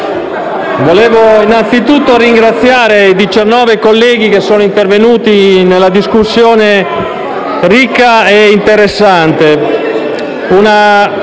Desidero anzitutto ringraziare i 19 colleghi che sono intervenuti nella discussione ricca e interessante.